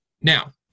Now